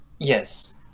Yes